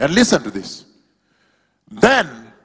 and listen to this then